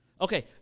Okay